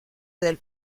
del